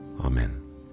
Amen